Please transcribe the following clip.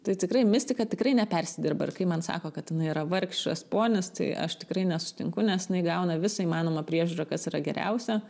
tai tikrai mistika tikrai nepersidirba ir kai man sako kad jinai yra vargšas ponis tai aš tikrai nesutinku nes jinai gauna visą įmanomą priežiūrą kas yra geriausia